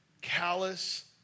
callous